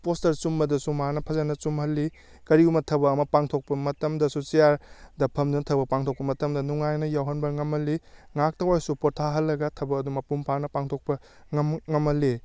poster ꯆꯨꯝꯕꯗꯁꯨ ꯃꯥꯅ ꯐꯖꯅ ꯆꯨꯝꯍꯜꯂꯤ ꯀꯔꯤꯒꯨꯝꯕ ꯊꯕꯛ ꯑꯃ ꯄꯥꯡꯊꯣꯛꯄ ꯃꯇꯝꯗꯁꯨ ꯆꯤꯌꯥꯔꯗ ꯐꯝꯗꯨꯅ ꯊꯕꯛ ꯄꯥꯡꯊꯣꯛꯄ ꯃꯇꯝꯗ ꯅꯨꯡꯉꯥꯏꯅ ꯌꯥꯎꯍꯟꯕ ꯉꯝꯍꯜꯂꯤ ꯉꯥꯏꯍꯥꯛꯇ ꯑꯣꯏꯔꯕꯁꯨ ꯄꯣꯊꯥꯍꯜꯂꯒ ꯊꯕꯛ ꯑꯗꯨ ꯃꯄꯨꯝ ꯐꯥꯕ ꯄꯥꯡꯊꯣꯛꯄ ꯉꯝꯍꯜꯂꯤ